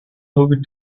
movie